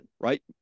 right